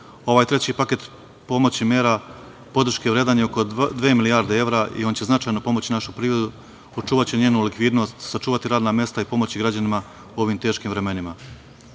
treći paket pomoći mera podrške vredan je oko dve milijarde evra i on će značajno pomoći našu privredu, očuvati njenu likvidnost, sačuvati radna mesta i pomoći građanima u ovim teškim vremenima.